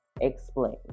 Explain